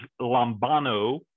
lambano